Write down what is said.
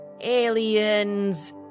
Aliens